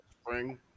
spring